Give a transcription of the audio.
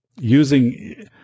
using